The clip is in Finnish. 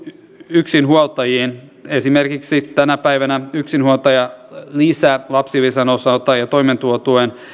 yksinhuoltajiin esimerkiksi tänä päivänä yksinhuoltajalisän lapsilisän osalta ja toimeentulotuen